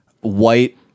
white